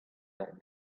that